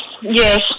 yes